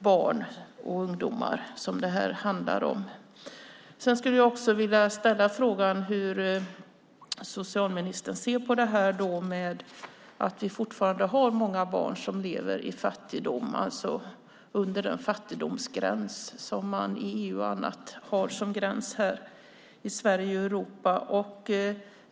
Jag skulle vilja ställa ytterligare en fråga. Hur ser socialministern på att vi fortfarande har många barn som lever i fattigdom, alltså under den fattigdomsgräns som man bland annat i EU har som gräns, i Sverige och i Europa?